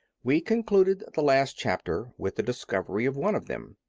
we concluded the last chapter with the discovery of one of them.